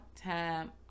time